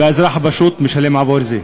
והאזרח הפשוט משלם עבור זה.